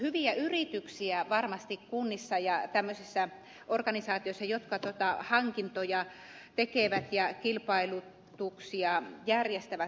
hyviä yrityksiä varmasti kunnissa ja organisaatioissa jotka hankintoja tekevät ja kilpailutuksia järjestävät on